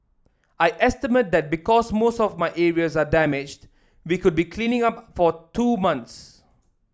I estimate that because most of my areas are damaged we could be cleaning up for two months